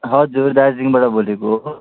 हजुर दार्जिलिङबाट बोलेको हो